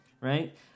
right